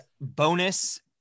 bonus